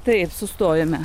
taip sustojome